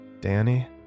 Danny